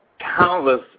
countless